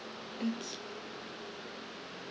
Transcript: okay